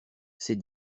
ses